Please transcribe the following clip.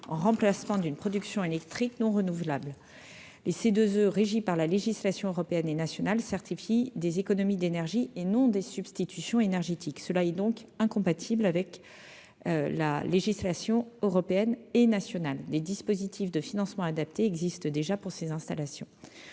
en remplacement d'une production électrique non renouvelable, les ses 2 E régis par la législation européenne et nationale certifie des économies d'énergie, et non des substitutions énergétiques cela et donc incompatible avec la législation européenne et nationale des dispositifs de financement adaptés existent déjà pour ces installations,